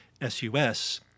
S-U-S